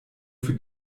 für